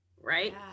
right